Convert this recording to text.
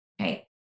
Okay